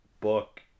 book